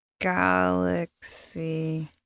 Galaxy